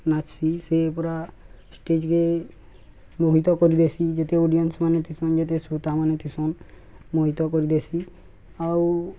ନାଚ୍ସି ସେ ପୁରା ଷ୍ଟେଜ୍କେ ମୋହିତ କରିଦେସି ଯେତେ ଅଡ଼ିଏନ୍ସମାନେ ଥିସନ୍ ଯେତେ ସୂତାମାନେ ଥିସନ୍ ମୋହିତ କରିଦେସି ଆଉ